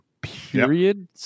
Period